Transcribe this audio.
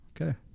Okay